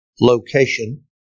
location